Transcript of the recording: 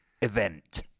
event